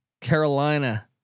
Carolina